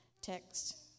text